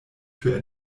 für